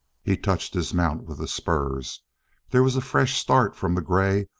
he touched his mount with the spurs there was a fresh start from the gray,